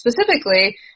specifically